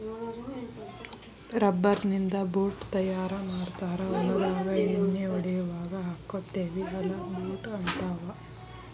rubber ನಿಂದ boot ತಯಾರ ಮಾಡ್ತಾರ ಹೊಲದಾಗ ಎಣ್ಣಿ ಹೊಡಿಯುವಾಗ ಹಾಕ್ಕೊತೆವಿ ಅಲಾ ಬೂಟ ಹಂತಾವ